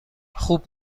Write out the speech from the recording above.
خوب